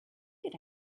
get